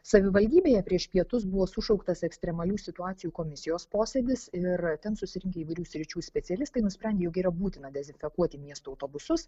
savivaldybėje prieš pietus buvo sušauktas ekstremalių situacijų komisijos posėdis ir ten susirinkę įvairių sričių specialistai nusprendė jog yra būtina dezinfekuoti miesto autobusus